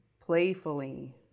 playfully